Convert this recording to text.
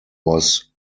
was